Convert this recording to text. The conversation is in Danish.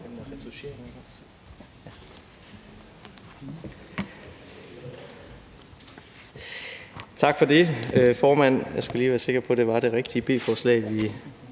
Tak for det, formand. Jeg skulle lige være sikker på, at det var det rigtige B-forslag,